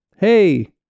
Hey